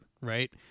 right